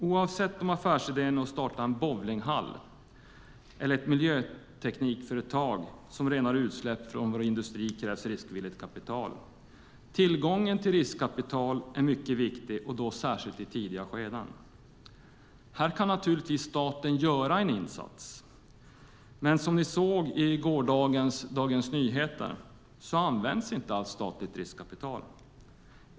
Oavsett om affärsidén är att starta en bowlinghall eller ett miljöteknikföretag som renar utsläppen från vår industri krävs det riskvilligt kapital. Tillgången till riskkapital är mycket viktig, särskilt i tidiga skeden. Här kan staten naturligtvis göra en insats. Men som ni kunde se i gårdagens Dagens Nyheter används inte allt statligt riskkapital.